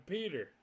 Peter